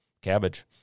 cabbage